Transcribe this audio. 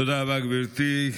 תודה רבה, גברתי.